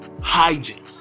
hygiene